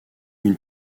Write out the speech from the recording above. une